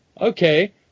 okay